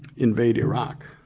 invade iraq.